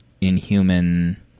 Inhuman